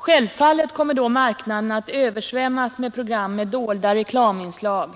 Självfallet kommer då marknaden att översvämmas av program med dolda reklaminslag,